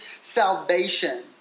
salvation